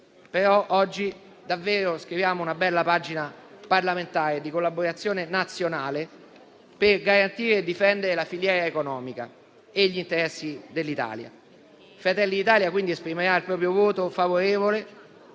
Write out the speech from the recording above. oggi scriviamo davvero una bella pagina parlamentare di collaborazione nazionale per garantire e difendere la filiera economica e gli interessi dell'Italia. Fratelli d'Italia esprimerà quindi il proprio voto favorevole